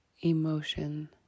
emotion